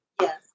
Yes